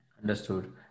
Understood